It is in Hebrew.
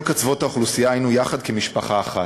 כל קצוות האוכלוסייה היינו יחד כמשפחה אחת,